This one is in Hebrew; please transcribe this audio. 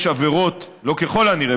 לא ככל הנראה,